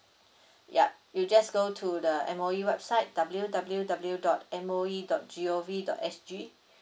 ya you just go to the M_O_E website W W W dot M O E dot G O V dot S G